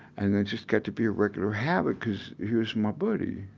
and that just got to be a regular habit, because he was my buddy.